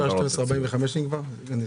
הישיבה ננעלה בשעה 12:18.